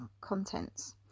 contents